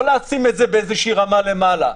לא לשים באיזה רמה למעלה.